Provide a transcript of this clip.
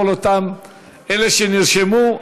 כל אותם אלה שנרשמו,